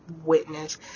witness